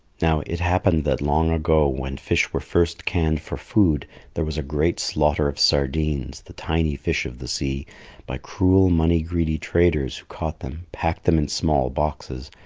now, it happened that long ago when fish were first canned for food there was a great slaughter of sardines the tiny fish of the sea by cruel money-greedy traders who caught them, packed them in small boxes,